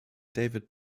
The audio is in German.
david